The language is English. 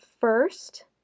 first